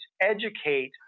educate